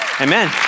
Amen